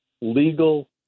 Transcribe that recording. legal